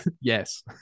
Yes